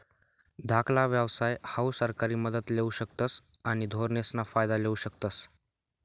धाकला व्यवसाय हाऊ सरकारी मदत लेवू शकतस आणि धोरणेसना फायदा लेवू शकतस